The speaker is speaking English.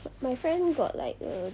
my friend got like err